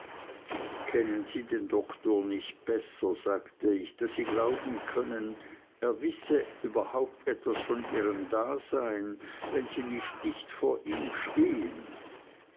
kennen sie den doktor nicht besser sagte ich daß sie glauben können er wisse überhaupt etwas von ihrem dasein wenn sie nicht dicht vor ihm stehen